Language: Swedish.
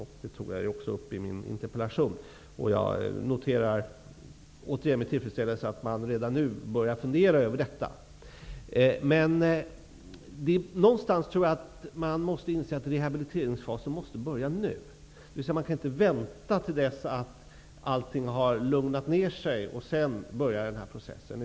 Den saken har jag också tagit upp i min interpellation. Återigen noterar jag med tillfredsställelse att man redan nu börjar funderar över detta. Men någonstans tror jag att man måste inse att rehabiliteringsfasen måste börja nu. Man kan alltså inte vänta till dess att allting har lugnat ner sig för att därefter påbörja den här processen.